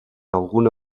alguna